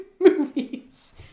movies